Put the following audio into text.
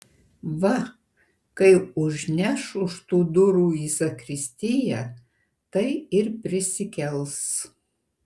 va kai užneš už tų durų į zakristiją tai ir prisikels